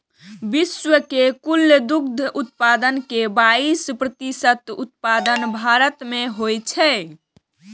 विश्व के कुल दुग्ध उत्पादन के बाइस प्रतिशत उत्पादन भारत मे होइ छै